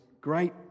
great